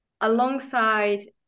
alongside